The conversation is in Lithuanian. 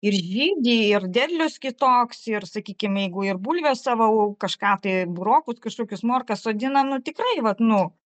ir žydi ir derlius kitoks ir sakykim jeigu ir bulvės savo au kažką tai burokus kažkokius morkas sodina nu tikrai vat nu